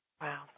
Wow